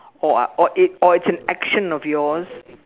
or or or it it's an action of yours